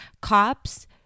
cops